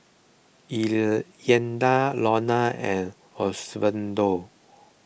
Iyanna Iona and Osvaldo